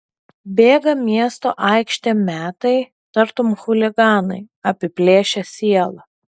bėga miesto aikštėm metai tartum chuliganai apiplėšę sielą